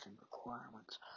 requirements